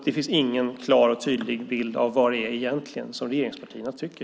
Det finns ingen klar och tydlig bild av vad det egentligen är regeringspartierna tycker.